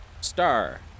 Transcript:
Star